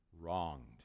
wronged